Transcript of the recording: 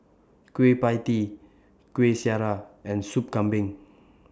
Kueh PIE Tee Kueh Syara and Soup Kambing